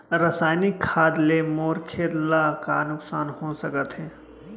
रसायनिक खाद ले मोर खेत ला का नुकसान हो सकत हे?